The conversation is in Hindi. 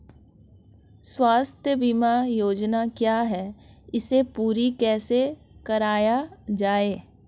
स्वास्थ्य बीमा योजना क्या है इसे पूरी कैसे कराया जाए?